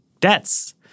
debts